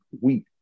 week